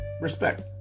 Respect